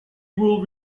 will